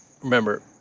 Remember